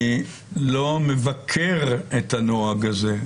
אני לא מבקר את הנוהג הזה,